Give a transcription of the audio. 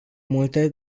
multe